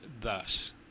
thus